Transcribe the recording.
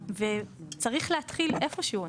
וצריך להתחיל איפה שהוא.